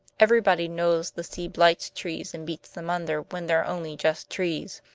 everybody knows the sea blights trees and beats them under, when they're only just trees.